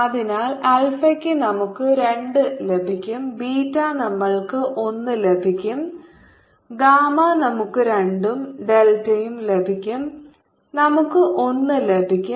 അതിനാൽ ആൽഫയ്ക്ക് നമുക്ക് 2 ലഭിക്കും ബീറ്റ നമ്മൾക്ക് 1 ലഭിക്കും ഗാമാ നമുക്ക് 2 ഉം ഡെൽറ്റയും ലഭിക്കും നമുക്ക് ഒന്ന് ലഭിക്കും